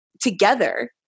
together